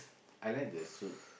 I like their soup